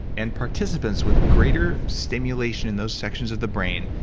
and participants with greater stimulation in those sections of the brain,